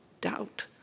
doubt